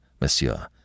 monsieur